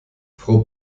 frau